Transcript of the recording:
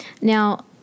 Now